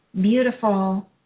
beautiful